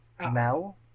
now